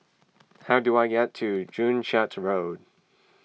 how do I get to Joo Chiat Road